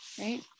right